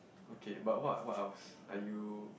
okay but what what else are you